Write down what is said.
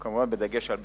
וכמובן בדגש על בטיחותם.